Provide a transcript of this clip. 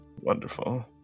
Wonderful